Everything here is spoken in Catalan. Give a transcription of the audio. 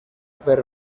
per